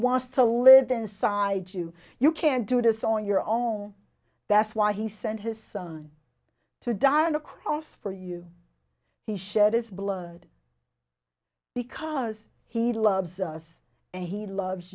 wants to live inside you you can't do this on your own that's why he sent his son to die on the cross for you he shed its blood because he loves us and he loves